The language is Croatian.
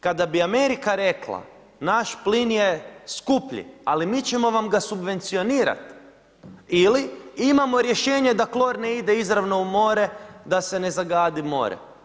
Kada bi Amerika rekla naš plin je skuplji, ali mi ćemo vam ga subvencionirati ili imamo rješenje da klor ne ide izravno u more da se ne zagadi more.